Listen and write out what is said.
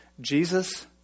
Jesus